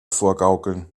vorgaukeln